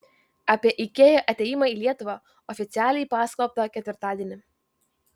apie ikea atėjimą į lietuvą oficialiai paskelbta ketvirtadienį